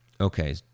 okay